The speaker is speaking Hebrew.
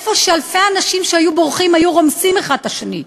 איפה שאלפי אנשים בורחים ורומסים אחד את השני.